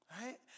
right